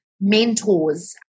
mentors